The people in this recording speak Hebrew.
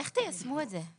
איך תייצבו את זה?